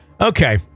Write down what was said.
Okay